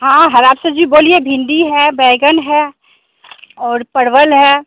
हाँ हरा सब्जी बोलिए भिन्डी है बैगन है और परवल है